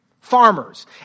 Farmers